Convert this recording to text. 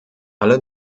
alle